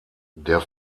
der